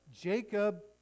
Jacob